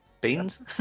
beans